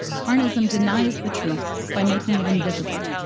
carnism denies the truth by making it invisible.